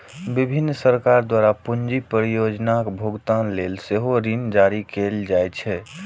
विभिन्न सरकार द्वारा पूंजी परियोजनाक भुगतान लेल सेहो ऋण जारी कैल जाइ छै